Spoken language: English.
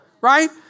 Right